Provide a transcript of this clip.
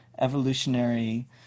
evolutionary